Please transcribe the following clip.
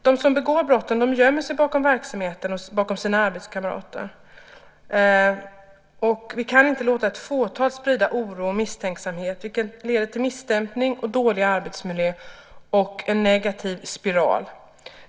De som begår brotten gömmer sig bakom verksamheten och bakom sina arbetskamrater. Vi kan inte låta ett fåtal sprida oro och misstänksamhet. Det leder till misstämning och dålig arbetsmiljö, och det blir en negativ spiral.